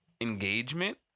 engagement